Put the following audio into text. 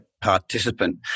participant